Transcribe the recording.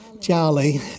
Charlie